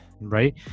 right